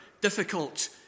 difficult